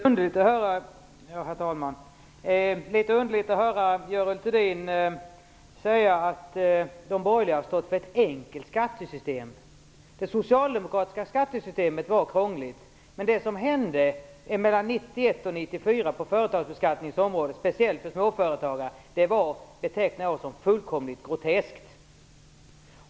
Herr talman! Det är litet underligt att höra Görel Thurdin säga att de borgerliga har stått för ett enkelt skattesystem. Det socialdemokratiska skattesystemet var krångligt, men det som hände mellan 1991 och 1994 på företagsbeskattningens område, speciellt när det gällde småföretagare, betecknar jag som fullkomligt groteskt.